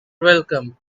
welcome